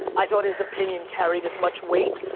i thought his opinion carried as much weight,